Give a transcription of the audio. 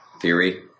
theory